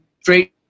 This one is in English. straight